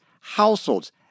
households